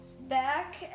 back